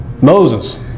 Moses